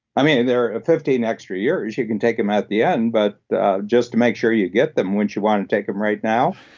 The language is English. um yeah they're fifteen extra years, you can take them at the end, but just to make sure you get them, wouldn't you want to take them right now?